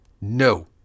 No